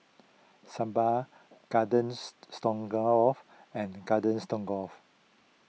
Sambar Gardens Stroganoff and Garden Stroganoff